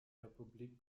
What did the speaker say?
republik